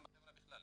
גם בחברה בכלל.